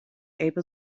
able